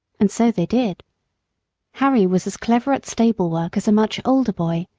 and so they did harry was as clever at stable-work as a much older boy,